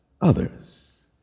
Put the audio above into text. others